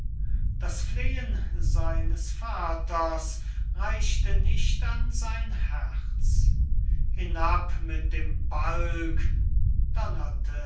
das flehen seines vaters reichte nicht an sein herz hinab mit dem balg